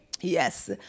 Yes